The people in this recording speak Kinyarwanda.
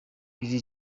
lil